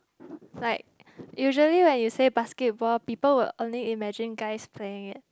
like usually when you say basketball people will only imagine guys playing it